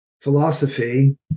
philosophy